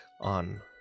on